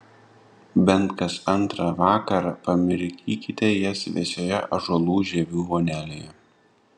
bent kas antrą vakarą pamirkykite jas vėsioje ąžuolų žievių vonelėje